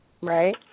Right